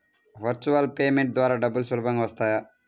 Virtual payment ద్వారా డబ్బులు సులభంగా వస్తాయా?